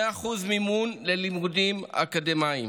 100% מימון ללימודים אקדמיים.